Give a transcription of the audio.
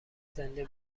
زنده